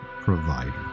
provider